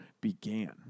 began